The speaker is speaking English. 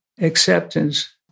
acceptance